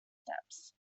steps